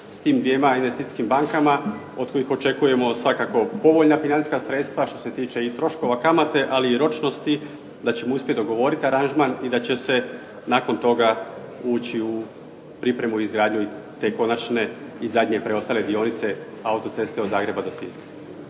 s tim dvjema investicijskim bankama od kojih očekujemo svakako povoljna financijska sredstva što se tiče i troškova, kamate ali i ročnosti da ćemo uspjeti dogovoriti aranžman i da će se nakon toga ući u pripremu izgradnje te konačne i zadnje preostale dionice autoceste od Zagreba do Siska.